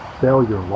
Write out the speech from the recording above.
failure